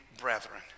brethren